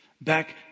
Back